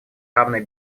равной